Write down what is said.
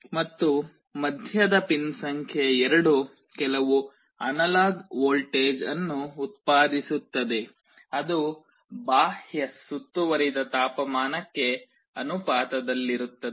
ಮತ್ತು ಮಧ್ಯದ ಪಿನ್ ಸಂಖ್ಯೆ 2 ಕೆಲವು ಅನಲಾಗ್ ವೋಲ್ಟೇಜ್ ಅನ್ನು ಉತ್ಪಾದಿಸುತ್ತದೆ ಅದು ಬಾಹ್ಯ ಸುತ್ತುವರಿದ ತಾಪಮಾನಕ್ಕೆ ಅನುಪಾತದಲ್ಲಿರುತ್ತದೆ